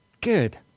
Good